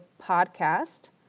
PODCAST